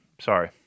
Sorry